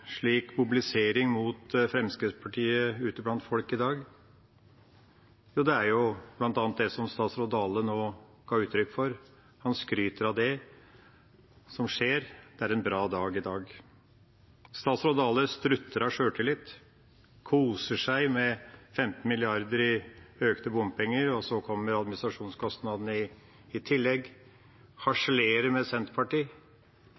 slik mobilisering mot Fremskrittspartiet ute blant folk i dag? Jo, det er bl.a. det som statsråd Dale nå ga uttrykk for – han skryter av det som skjer, det er en bra dag i dag. Statsråd Dale strutter av sjøltillit, koser seg med 15 mrd. kr i økte bompenger, og så kommer administrasjonskostnadene i tillegg.